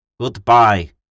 goodbye